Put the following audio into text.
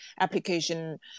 application